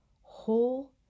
whole